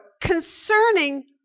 concerning